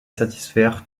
satisfaire